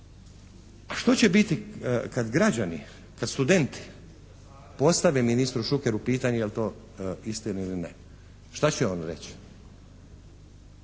Što će biti kad građani, kad studenti postave ministru Šukeru pitanje je li to istina ili ne, šta će on reći?